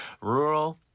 Rural